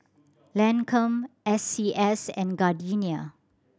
Lancome S C S and Gardenia